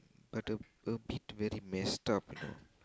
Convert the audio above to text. but uh but a bit very messed up you know